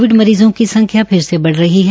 Covid मरीजों की संख्या फिर से बढ़ रही है